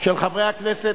של חברי הכנסת